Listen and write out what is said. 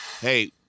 Hey